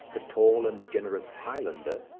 the tall and generous highlander,